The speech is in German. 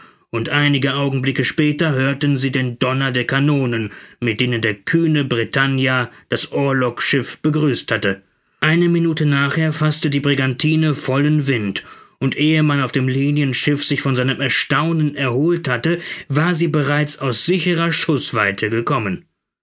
und einige augenblicke später hörten sie den donner der kanonen mit denen der kühne bretagner das orlogschiff begrüßt hatte eine minute nachher faßte die brigantine vollen wind und ehe man auf dem linienschiffe sich von seinem erstaunen erholt hatte war sie bereits aus sicherer schußweite gekommen